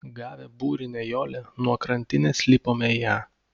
gavę burinę jolę nuo krantinės lipome į ją